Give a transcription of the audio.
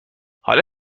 حالا